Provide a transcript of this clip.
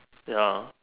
ya